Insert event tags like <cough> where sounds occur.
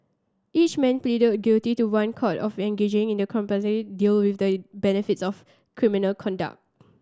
each man pleaded guilty to one count of engaging in a <unintelligible> deal with the benefits of criminal conduct